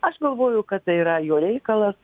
aš galvoju kad tai yra jo reikalas